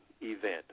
event